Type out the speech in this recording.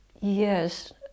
yes